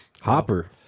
Hopper